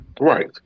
Right